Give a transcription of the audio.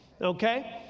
okay